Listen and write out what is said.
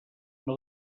una